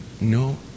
no